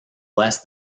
less